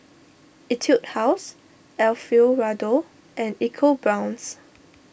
Etude House Alfio Raldo and EcoBrown's